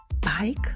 bike